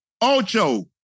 Ocho